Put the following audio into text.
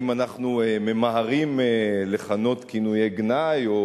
אם אנחנו ממהרים לכנות כינויי גנאי או